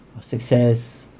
success